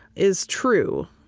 is true,